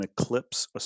eclipse